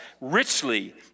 richly